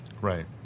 Right